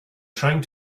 trying